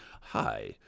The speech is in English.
hi